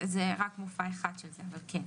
זה רק מופע אחד של זה, אבל כן.